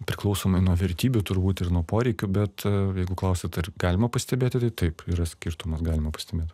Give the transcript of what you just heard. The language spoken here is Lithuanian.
priklausomai nuo vertybių turbūt ir nuo poreikių bet jeigu klausiat ar galima pastebėti tai taip yra skirtumas galima pastebėt